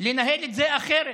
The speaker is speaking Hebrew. לנהל את זה אחרת,